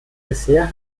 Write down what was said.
bisher